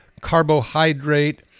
carbohydrate